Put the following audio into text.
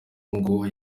ngo